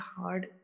hard